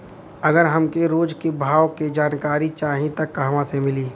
अगर हमके रोज के भाव के जानकारी चाही त कहवा से मिली?